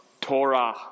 Torah